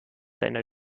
seiner